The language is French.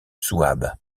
souabe